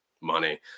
money